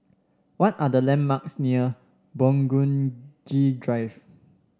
what are the landmarks near Burgundy Drive